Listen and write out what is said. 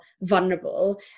vulnerable